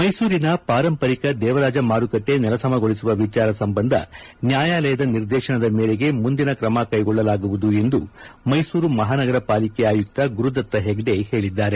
ಮ್ನೆಸೂರಿನ ಪಾರಂಪರಿಕ ದೇವರಾಜ ಮಾರುಕಟ್ಟೆ ನೆಲಸಮಗೊಳಿಸುವ ವಿಚಾರ ಸಂಬಂಧ ನ್ನಾಯಾಲಯದ ನಿರ್ದೇಶನದ ಮೇರೆಗೆ ಮುಂದಿನ ಕ್ರಮ ಕೈಗೊಳ್ಳುತ್ತೇವೆ ಎಂದು ಮೈಸೂರು ಮಹಾನಗರ ಪಾಲಿಕೆ ಆಯುಕ್ತ ಗುರುದತ್ತ ಹೆಗ್ನೆ ಹೇಳಿದ್ದಾರೆ